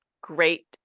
great